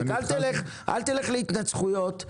אל תלך להתנצחויות,